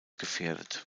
gefährdet